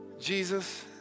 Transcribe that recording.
Jesus